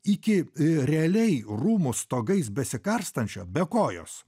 iki realiai rūmų stogais besikartojančio be kojos